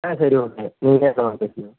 ஆ சரி ஓகே நீங்களே பேசிக்கோங்க